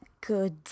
Good